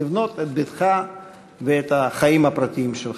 לבנות את ביתך ואת החיים הפרטיים שלך.